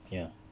ya